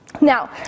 Now